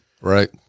Right